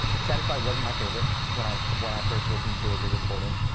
satisfied wasn't my favorite when i when i first listened to the recording.